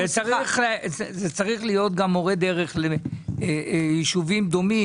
וצריך להיות גם מורה דרך ליישובים דומים,